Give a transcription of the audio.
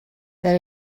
that